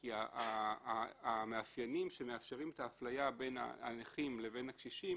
כי המאפיינים שמאפשרים את האפליה בין הנכים לבין הקשישים,